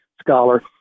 scholar